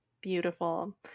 Beautiful